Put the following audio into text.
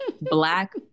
black